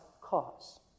cause